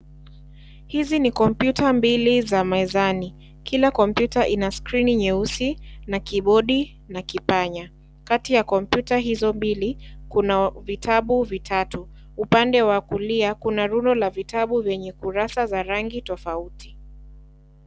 Hizi ni komputa mbili za mezani. Kila komputa ina skrini nyeusi na kibodi na kipanya. Kati ya komputa hizo mbili, kuna vitabu vitatu. Upande wa kulia kuna rundo la vitabu vyenye kurasa za rangi tofauti.